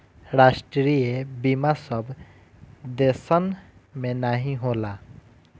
राष्ट्रीय बीमा सब देसन मे नाही होला